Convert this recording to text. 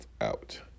out